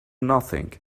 nothing